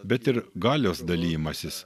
bet ir galios dalijimasis